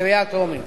בקריאה טרומית.